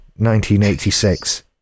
1986